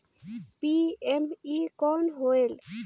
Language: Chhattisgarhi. पी.एम.ई कौन होयल?